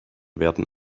werden